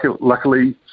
Luckily